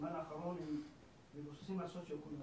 בזמן האחרון מבוססים על סוציואקונומי.